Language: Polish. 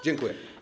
Dziękuję.